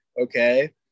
okay